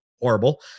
horrible